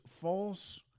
false